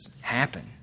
happen